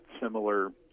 similar